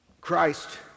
Christ